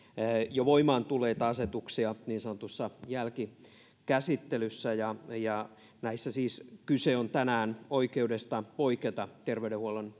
jo voimaan tulleita asetuksia niin sanotussa jälkikäsittelyssä ja ja näissä siis tänään on kyse oikeudesta poiketa terveydenhuollon